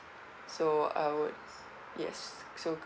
so I would yes so